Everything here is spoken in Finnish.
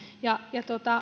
ja